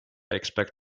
expect